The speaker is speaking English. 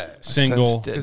single